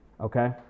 okay